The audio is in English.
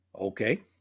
okay